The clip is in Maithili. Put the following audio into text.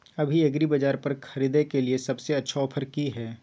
अभी एग्रीबाजार पर खरीदय के लिये सबसे अच्छा ऑफर की हय?